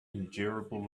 endurable